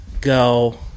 go